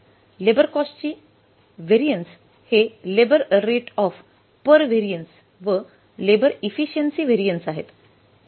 labour कॉस्टची variance हे labour rate of pay variance व लेबर इफिशिएन्सी व्हॅरियन्स आहेत